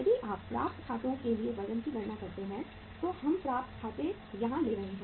यदि आप प्राप्त खातों के लिए वजन की गणना करते हैं तो हम प्राप्त खाते यहां ले रहे हैं